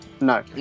No